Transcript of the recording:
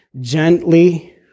gently